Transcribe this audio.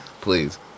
Please